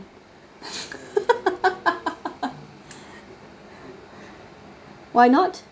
why not